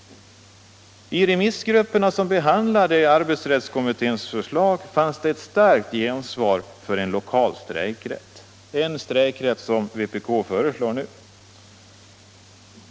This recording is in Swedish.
I remissgrupperna som behandlade arbetsrättskommitténs förslag fanns det ett starkt gensvar för en lokal strejkrätt sådan som vpk nu förelsår.